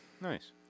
Nice